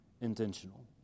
intentional